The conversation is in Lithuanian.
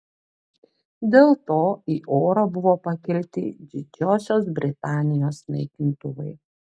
dėl to į orą buvo pakelti didžiosios britanijos naikintuvai